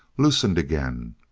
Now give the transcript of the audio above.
loosened again,